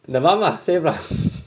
the mum lah same lah